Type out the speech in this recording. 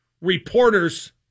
reporters